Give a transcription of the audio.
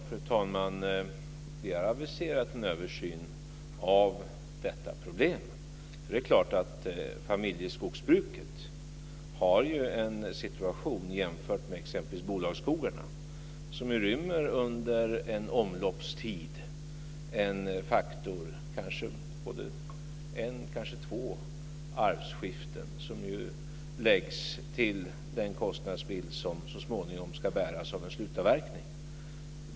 Fru talman! Vi har aviserat en översyn av detta problem. Om man jämför med t.ex. bolagsskogarna är det klart att familjeskogsbruket befinner sig i en situation som ju rymmer en omloppstid av en, kanske två arvsskiften, vilket läggs till den kostnadsbild som så småningom ska bäras vid en slutavverkning.